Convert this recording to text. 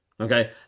Okay